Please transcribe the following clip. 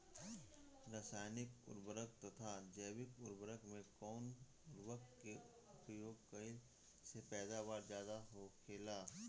रसायनिक उर्वरक तथा जैविक उर्वरक में कउन उर्वरक के उपयोग कइला से पैदावार ज्यादा होखेला?